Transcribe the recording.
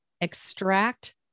extract